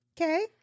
Okay